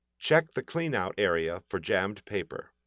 check the cleanout area for jammed paper.